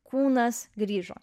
kūnas grįžo